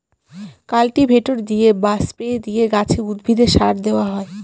cultivator দিয়ে বা spray দিয়ে গাছে, উদ্ভিদে সার দেওয়া হয়